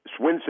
Swinson